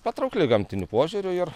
patraukli gamtiniu požiūriu ir